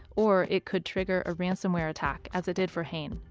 or it could trigger a ransomware attack, as it did for hoehn.